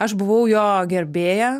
aš buvau jo gerbėja